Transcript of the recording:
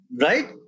Right